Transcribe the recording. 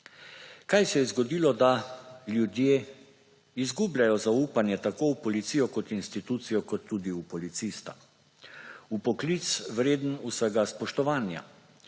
Kaj se je zgodilo, da ljudje izgubljajo zaupanje v policijo kot institucijo in tudi v policista? V poklic, vreden vsega spoštovanja.